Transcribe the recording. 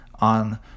On